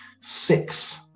six